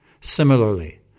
Similarly